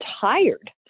tired